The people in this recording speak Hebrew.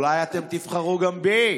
אולי אתם תבחרו גם בי?